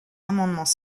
amendements